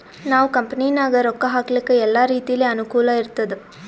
ನಾವ್ ಕಂಪನಿನಾಗ್ ರೊಕ್ಕಾ ಹಾಕ್ಲಕ್ ಎಲ್ಲಾ ರೀತಿಲೆ ಅನುಕೂಲ್ ಇರ್ತುದ್